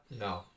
No